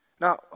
Now